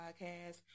podcast